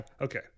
Okay